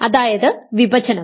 അതായത് വിഭജനം